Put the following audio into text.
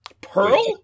Pearl